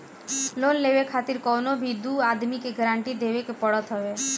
loan लेवे खातिर कवनो भी दू आदमी के गारंटी देवे के पड़त हवे